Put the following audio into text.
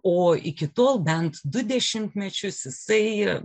o iki tol bent du dešimtmečius jisai